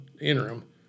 interim